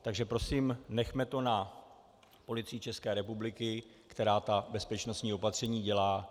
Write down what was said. Takže prosím, nechme to na Policii České republiky, která ta bezpečnostní opatření dělá.